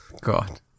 God